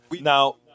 Now